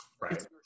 right